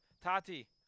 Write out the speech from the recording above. Tati